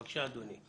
בבקשה אדוני.